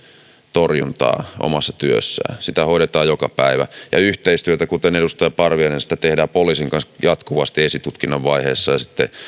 torjuntaa omassa työssään sitä hoidetaan joka päivä ja yhteistyötä mistä edustaja parviainen kysyi tehdään poliisin kanssa jatkuvasti esitutkinnan vaiheissa ja sitten